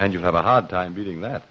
and you have a hard time beating that